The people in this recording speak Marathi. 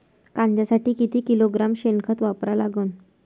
कांद्यासाठी किती किलोग्रॅम शेनखत वापरा लागन?